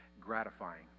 gratifying